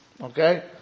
Okay